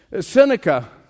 Seneca